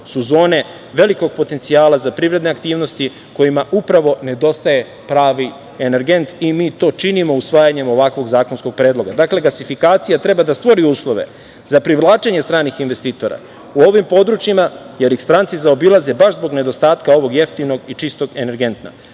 su zone velikog potencijala za privredne aktivnosti kojima upravo nedostaje pravi energent i mi to činimo usvajanjem ovakvog zakonskog predloga. Dakle, gasifikacija treba da stvori uslove za privlačenje stranih investitora u ovim područjima, jer ih stranci zaobilaze baš zbog nedostatka ovog jeftinog i čistog energenta. Naravno